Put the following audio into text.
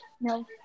No